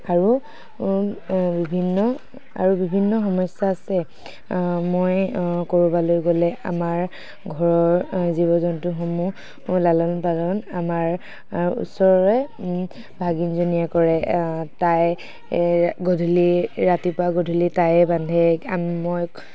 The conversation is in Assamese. আৰু বিভিন্ন আৰু বিভিন্ন সমস্যা আছে মই ক'ৰবালৈ গ'লে আমাৰ ঘৰৰ জীৱ জন্তুসমূহ লালন পালন আমাৰ ওচৰৰে ভাগিনজনীয়ে কৰে তাই গধূলি ৰাতিপুৱা গধূলি তায়ে বান্ধে মই